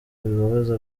bibabaza